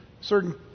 certain